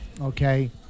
okay